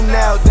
now